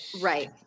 right